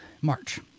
March